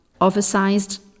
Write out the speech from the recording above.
oversized